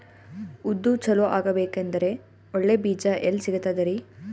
ಉದ್ದು ಚಲೋ ಆಗಬೇಕಂದ್ರೆ ಒಳ್ಳೆ ಬೀಜ ಎಲ್ ಸಿಗತದರೀ?